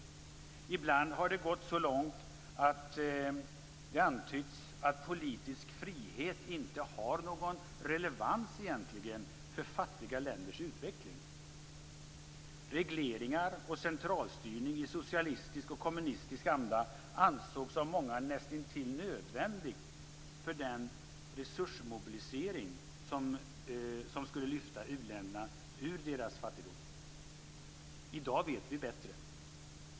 Ibland har det gått så långt att det har antytts att politisk frihet egentligen inte har någon relevans för fattiga länders utveckling. Regleringar och centralstyrning i socialistisk och kommunistisk anda ansågs av många nästintill nödvändigt för den resursmobilisering som skulle lyfta u-länderna ur deras fattigdom. I dag vet vi bättre.